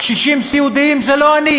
קשישים סיעודיים זה לא אני,